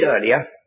earlier